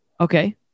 Okay